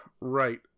Right